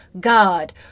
God